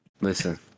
Listen